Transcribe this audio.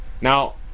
now